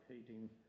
heating